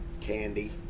candy